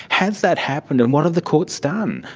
has that happened and what have the courts done?